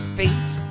fate